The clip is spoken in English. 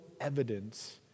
evidence